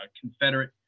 Confederate